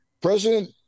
President